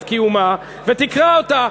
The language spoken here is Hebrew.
ותקרא אותו,